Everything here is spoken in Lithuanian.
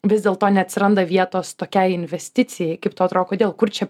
vis dėlto neatsiranda vietos tokiai investicijai kaip tau atrodo kodėl kur čia